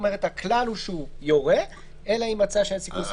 כלומר הכלל הוא שהוא יורה אלא אם מצא שאין סיכוי סביר.